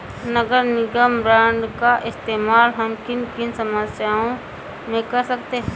नगर निगम बॉन्ड का इस्तेमाल हम किन किन समस्याओं में कर सकते हैं?